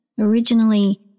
Originally